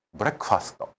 breakfast